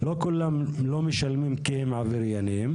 לא כולם לא משלמים כי הם עבריינים,